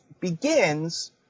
begins –